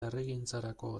herrigintzarako